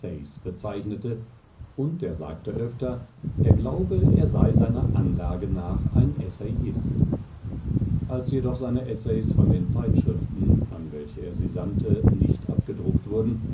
bezeichnete und er sagte öfter er glaube er sei seiner anlage nach ein essayist als jedoch seine essays von den zeitschriften an welche er sie sandte nicht abgedruckt wurden